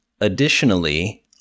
Additionally